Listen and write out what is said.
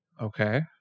Okay